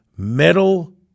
metal